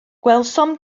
gwelsom